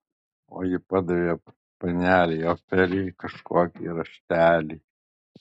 ir ji padavė panelei ofelijai kažkokį raštelį